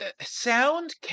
Sound